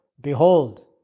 behold